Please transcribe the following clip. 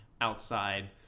outside